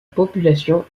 population